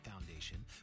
Foundation